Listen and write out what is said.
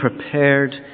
prepared